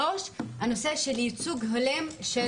הנקודה השלישית היא הנושא של ייצוג הולם של